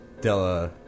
Della